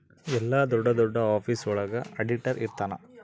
ಎಲ್ಲ ದೊಡ್ಡ ದೊಡ್ಡ ಆಫೀಸ್ ಒಳಗ ಆಡಿಟರ್ ಇರ್ತನ